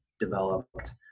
developed